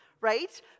right